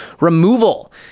removal